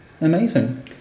amazing